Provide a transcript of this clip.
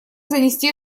занести